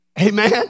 Amen